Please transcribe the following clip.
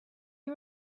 you